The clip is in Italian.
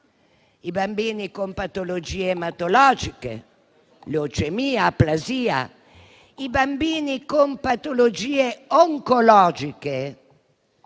ai bambini con patologie ematologiche (leucemia, aplasia) e ai bambini con patologie oncologiche